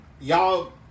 Y'all